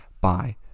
Bye